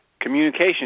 communication